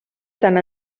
tant